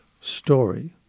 story